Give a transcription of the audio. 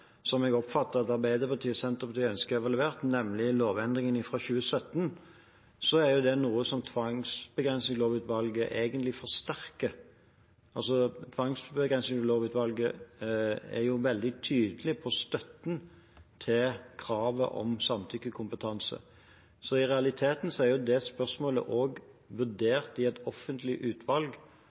som jeg oppfatter at Arbeiderpartiet og Senterpartiet ønsker evaluert, nemlig lovendringen fra 2017, er jo noe som tvangsbegrensningslovutvalget egentlig forsterker. Tvangsbegrensningslovutvalget er veldig tydelig på støtten til kravet om samtykkekompetanse. Så i realiteten er det spørsmålet også vurdert i et offentlig utvalg,